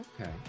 Okay